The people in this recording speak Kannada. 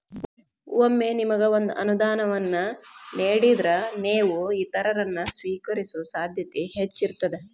ಒಮ್ಮೆ ನಿಮಗ ಒಂದ ಅನುದಾನವನ್ನ ನೇಡಿದ್ರ, ನೇವು ಇತರರನ್ನ, ಸ್ವೇಕರಿಸೊ ಸಾಧ್ಯತೆ ಹೆಚ್ಚಿರ್ತದ